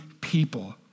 people